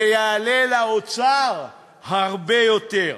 זה יעלה לאוצר הרבה יותר.